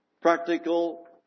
practical